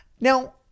now